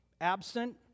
absent